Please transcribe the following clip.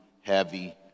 heavy